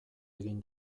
egin